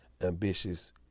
ambitious